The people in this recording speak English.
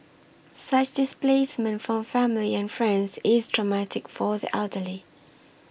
such displacement from family and friends is traumatic for the elderly